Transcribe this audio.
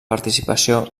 participació